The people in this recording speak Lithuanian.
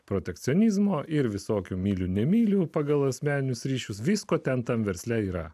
protekcionizmo ir visokių myliu nemyliu pagal asmeninius ryšius visko ten tam versle yra